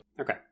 Okay